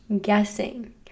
guessing